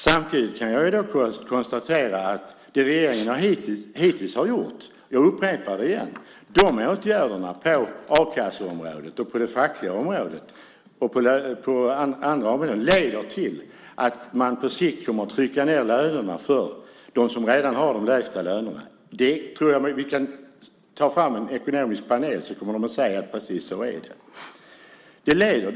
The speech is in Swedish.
Samtidigt kan jag konstatera, jag upprepar det, att det som regeringen gjort hittills - åtgärderna på a-kasseområdet, på det fackliga området och på andra områden - leder till att man på sikt kommer att trycka ned lönerna för dem som redan har de lägsta lönerna. Om vi tog fram en ekonomisk panel tror jag att den skulle säga att det är just så. Det är dit det leder.